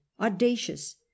audacious